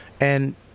and-